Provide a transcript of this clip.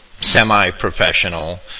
semi-professional